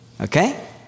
Okay